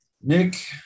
Nick